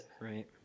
Right